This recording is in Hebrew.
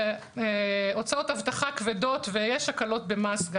הוצאות אבטחה כבדות ויש הקלות במס.